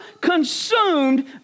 consumed